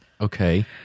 Okay